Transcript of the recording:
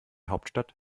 hauptstadt